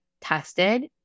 tested